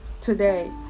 today